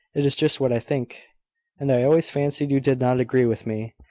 it is just what i think and i always fancied you did not agree with me.